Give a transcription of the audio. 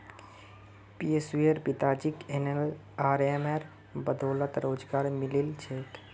पियुशेर पिताजीक एनएलआरएमेर बदौलत रोजगार मिलील छेक